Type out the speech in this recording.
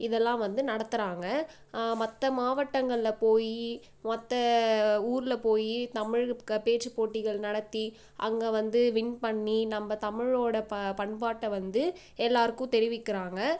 இதெல்லாம் வந்து நடத்துறாங்க மற்ற மாவட்டங்களில் போய் மற்ற ஊரில் போய் தமிழ் பேச்சுப்போட்டிகள் நடத்தி அங்கே வந்து வின் பண்ணி நம்ப தமிழோடய பண்பாட்டை வந்து எல்லாருக்கும் தெரிவிக்கிறாங்க